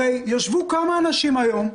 הרי ישבו כמה אנשים היום,